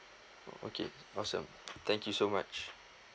okay awesome thank you so much